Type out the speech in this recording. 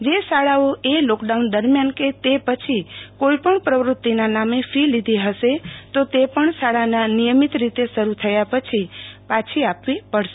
જે શાળાઓ એ લોકડાઉને દરમિયાન કે તે પછી કોઈ પણ પ્રવૃત્તિના નામે ફી લીધી હશ તો તે પણ શાળા નિયમિત રીતે શરૂ થયા પછી પાછી આપવી પડશે